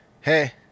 hey